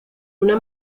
una